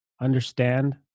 understand